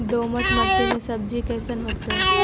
दोमट मट्टी में सब्जी कैसन होतै?